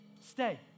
stay